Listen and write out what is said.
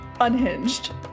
unhinged